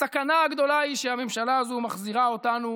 הסכנה הגדולה היא שהממשלה הזו מחזירה אותנו